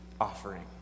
Offering